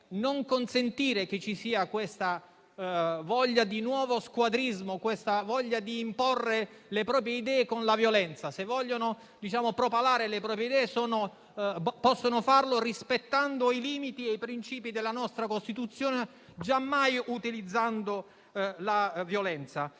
consentire che ci sia questa voglia di nuovo squadrismo e questa voglia di imporre le proprie idee con la violenza. Se si vogliono propalare le proprie idee, si può farlo rispettando i limiti e i principi della nostra Costituzione, giammai utilizzando la violenza.